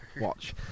watch